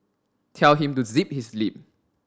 tell him to zip his lip